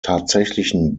tatsächlichen